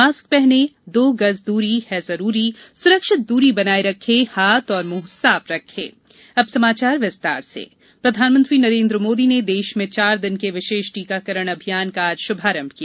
mask पहनें दो गज दूरी है जरूरी सुरक्षित दूरी बनाये रखें हाथ और मुंह साफ रखें पीएम टीका उत्सव प्रधानमंत्री नरेन्द्र मोदी ने देश में चार दिन के विशेष टीकाकरण अभियान का आज शुभारंभ किया